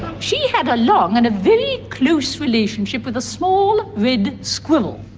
she had a long and a very close relationship with a small red squirrel.